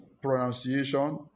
pronunciation